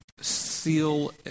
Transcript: seal